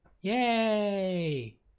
Yay